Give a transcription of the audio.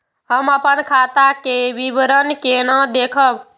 हम अपन खाता के विवरण केना देखब?